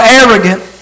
arrogant